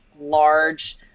large